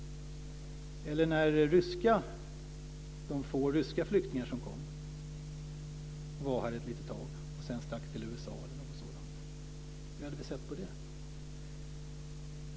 Eller ta de få ryska flyktingar som kom, var här ett litet tag och sedan stack till USA eller något sådant. Hur hade vi sett på det?